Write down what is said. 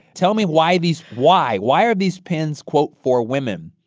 tell me why these why why are these pens, quote, for women?